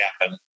happen